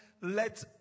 let